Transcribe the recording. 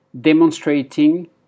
demonstrating